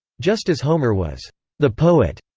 just as homer was the poet.